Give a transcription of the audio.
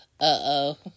Uh-oh